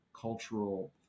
cultural